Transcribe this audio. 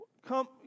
Come